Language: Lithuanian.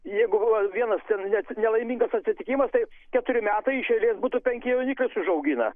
jeigu vienas ten ne nelaimingas atsitikimas tai keturi metai iš eilės būtų penki jauniklius užaugina